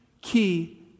key